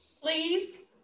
Please